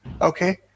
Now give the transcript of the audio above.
Okay